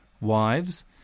wives